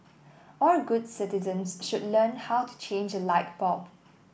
all good citizens should learn how to change light bulb